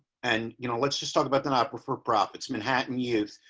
and, you know, let's just talk about the not for for profits manhattan youth.